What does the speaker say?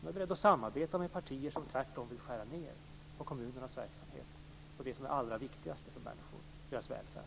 som är berett att samarbeta med partier som tvärtom vill skära ned kommunernas verksamhet och det som är det allra viktigaste för människor - deras välfärd.